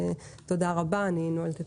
תודה רבה, אני נועלת את הישיבה.